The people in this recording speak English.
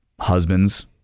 husbands